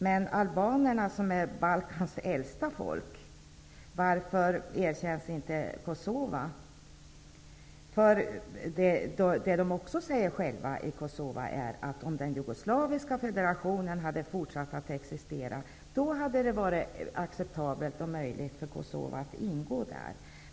Men varför erkänns inte Kosova? Albanerna är ju Balkans äldsta folk. I Kosova säger man att om den jugoslaviska federationen hade forsatt att existera, hade det varit möjligt och acceptabelt för Kosova att ingå där.